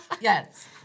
yes